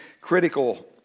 critical